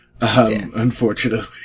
unfortunately